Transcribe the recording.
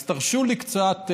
אז תרשו לי קצת,